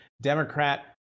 Democrat